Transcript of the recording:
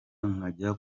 nkajya